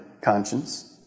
conscience